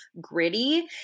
gritty